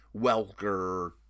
Welker